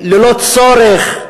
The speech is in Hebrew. ללא צורך.